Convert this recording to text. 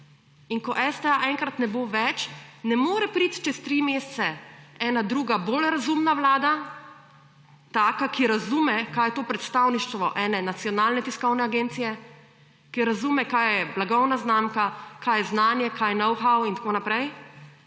In ko STA enkrat ne bo več, ne more priti čez 3 mesece ena druga bolj razumna vlada, taka, ki razume, kaj je to predstavništvo ene nacionalne tiskovne agencije, ki razume, kaj je blagovna znamka, kaj je znanje, kaj je »know how« in tako naprej,